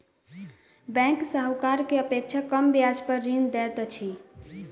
bank साहूकार के अपेक्षा कम ब्याज पर ऋण दैत अछि